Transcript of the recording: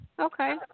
okay